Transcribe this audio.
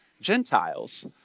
Gentiles